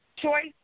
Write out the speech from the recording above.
Choice